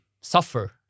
suffer